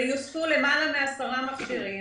ויוספו למעלה מ-10 מכשירים,